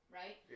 right